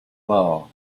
bar